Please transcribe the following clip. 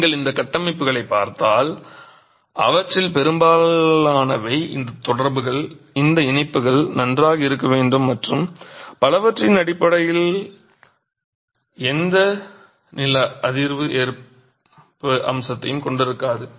நீங்கள் இந்த கட்டமைப்புகளைப் பார்த்தால் அவற்றில் பெரும்பாலானவை இந்த தொடர்புகள் இந்த இணைப்புகள் நன்றாக இருக்க வேண்டும் மற்றும் பலவற்றின் அடிப்படையில் எந்த நில அதிர்வு எதிர்ப்பு அம்சத்தையும் கொண்டிருக்காது